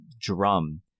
drum